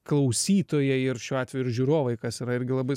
klausytojai ir šiuo atveju ir žiūrovai kas yra irgi labai